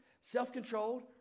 self-controlled